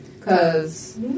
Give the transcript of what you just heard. Cause